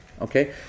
okay